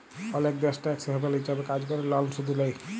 অলেক দ্যাশ tax haven হিছাবে কাজ ক্যরে লন শুধ লেই